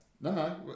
No